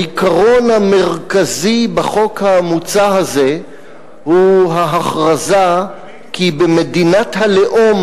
העיקרון המרכזי בחוק המוצע הזה הוא ההכרזה כי במדינת הלאום